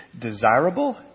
desirable